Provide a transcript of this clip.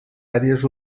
àrees